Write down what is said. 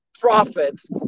profits